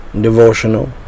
devotional